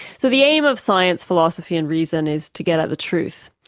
so the aim of science, philosophy and reason is to get at the truth.